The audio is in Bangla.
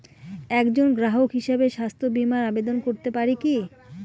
একজন গ্রাহক হিসাবে স্বাস্থ্য বিমার আবেদন করতে পারি কি?